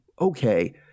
okay